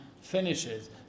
finishes